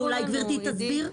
אולי גברתי תסביר.